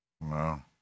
wow